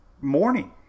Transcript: morning